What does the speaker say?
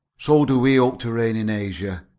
so do we hope to reign in asia,